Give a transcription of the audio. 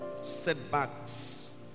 Setbacks